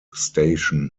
station